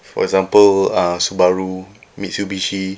for example uh Subaru Mitsubishi